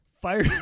Fire